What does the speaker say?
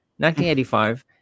1985